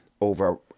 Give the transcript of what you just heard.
over